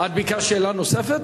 את ביקשת שאלה נוספת?